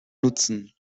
nutzen